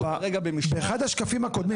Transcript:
באחד השקפים הקודמים,